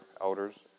elders